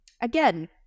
again